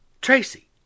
Tracy